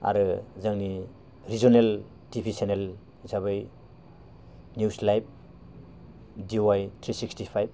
आरो जोंनि regional TV channel हिसाबै news live D Y three sixty five